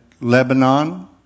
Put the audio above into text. Lebanon